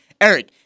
Eric